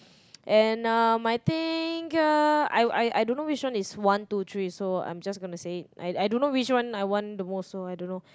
and um I think uh I I I don't know which one is one two three so I'm just gonna say I don't know which one I want the most so I don't know